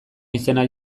izena